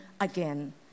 again